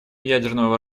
ядерного